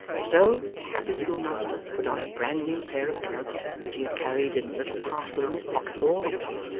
so, the happy schoolmaster put on a bran-new pair of gloves which had carried in a little parcel in his pocket all the way,